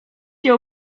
cię